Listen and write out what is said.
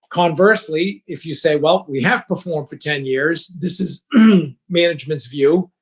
conversely, if you say, well, we have performed for ten years. this is management's view.